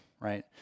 right